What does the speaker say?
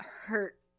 hurt